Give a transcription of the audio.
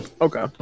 Okay